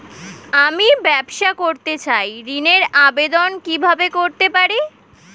আমি ব্যবসা করতে চাই ঋণের আবেদন কিভাবে করতে পারি?